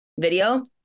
video